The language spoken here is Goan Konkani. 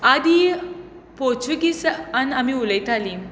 आदी पोर्तुगीसांत आमी उलयतालीं